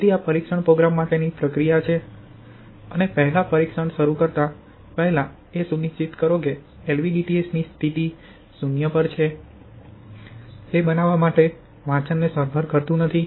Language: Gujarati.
તેથી આ પરીક્ષણ પ્રોગ્રામ માટેની પ્રક્રિયા છે અને પહેલાં પરીક્ષણ શરૂ કરતા પેહલા એ સુનિશ્ચિત કરો કે એલવીડીટીએસની સ્થિતિ શૂન્ય પર છે તે બનાવવા માટે વાંચનને સરભર કરતું નથી